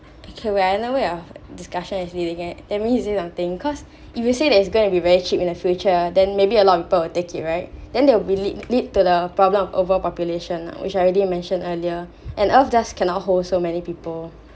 okay I know where your discussion is leading say something cause if you may say that it's gonna be very cheap in the future then maybe a lot of people will take it right then that will be lead~ lead to the problem of overpopulation which I already mentioned earlier and earth cannot just hold so many people